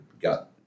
got